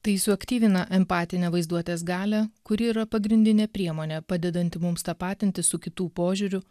tai suaktyvina empatinę vaizduotės galią kuri yra pagrindinė priemonė padedanti mums tapatintis su kitų požiūriu